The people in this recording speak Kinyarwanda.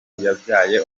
yabyaye